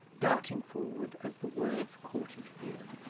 darting forward as the words caught his ear.